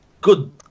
good